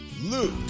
Luke